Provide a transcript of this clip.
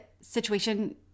situation